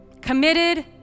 committed